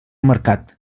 mercat